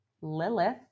Lilith